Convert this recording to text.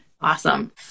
awesome